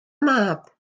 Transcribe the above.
mab